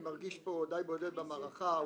אני מרגיש פה די בודד במערכה.